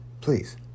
please